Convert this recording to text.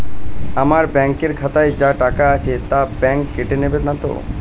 আমার ব্যাঙ্ক এর খাতায় যা টাকা আছে তা বাংক কেটে নেবে নাতো?